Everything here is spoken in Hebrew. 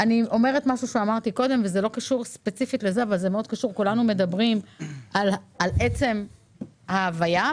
כולנו מדברים על עצם ההוויה,